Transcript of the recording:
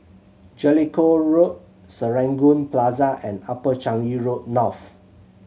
Jellicoe Road Serangoon Plaza and Upper Changi Road North